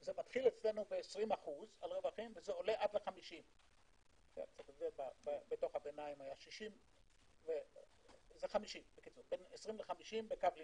שזה מתחיל אצלנו ב-20% על רווחים ועולה עד 50. בתוך הביניים היה 60. זה בין 20 ל-50 בקו לינארי.